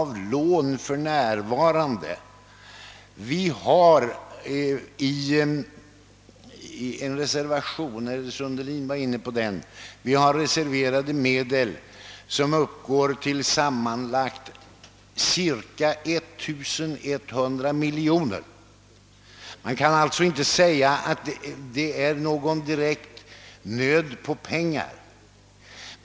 Vi har, som herr Sundelin redan berört, reserverade medel på sammanlagt cirka 1100 miljoner kronor. Man kan alltså inte säga att det föreligger någon direkt brist på pengar.